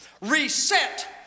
Reset